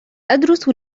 أدرس